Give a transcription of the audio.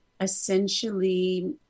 essentially